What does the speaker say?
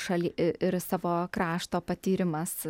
šalį ir savo krašto patyrimas